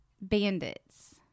bandits